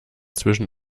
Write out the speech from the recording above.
zwischen